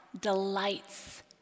delights